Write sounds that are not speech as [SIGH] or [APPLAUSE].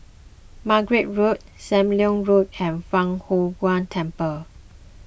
Margate Road Sam Leong Road and Fang Huo [UNINTELLIGIBLE] Temple